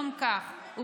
אני לא מבינה את זה.